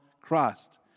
Christ